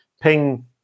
ping